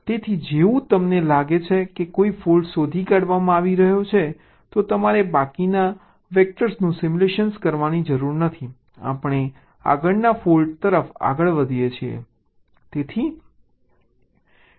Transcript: તેથી જેવું તમને લાગે છે કે કોઈ ફોલ્ટ શોધી કાઢવામાં આવી રહ્યા છે તો તમારે બાકીના વેક્ટર્સનું સિમ્યુલેટ કરવાની જરૂર નથી આપણે આગળના ફોલ્ટ તરફ આગળ વધીએ છીએ